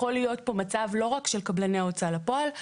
יכול להיות פה מצב לא רק של קבלני הוצאה לפועל,